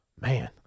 Man